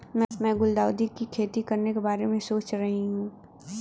मैं गुलदाउदी की खेती करने के बारे में सोच रही हूं